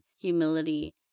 humility